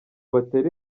batera